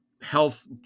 health